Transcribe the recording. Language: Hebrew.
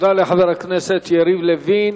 תודה לחבר הכנסת יריב לוין.